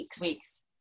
weeks